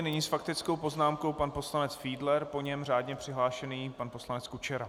Nyní s faktickou poznámkou pan poslanec Fiedler, po něm řádně přihlášený pan poslanec Kučera.